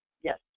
Yes